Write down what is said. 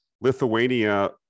Lithuania